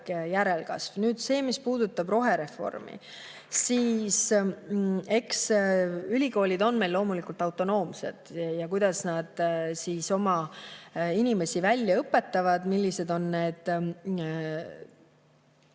järelkasv. Nüüd see, mis puudutab rohereformi. Eks ülikoolid on meil loomulikult autonoomsed [otsustamaks], kuidas nad oma inimesi välja õpetavad, millised on